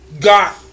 got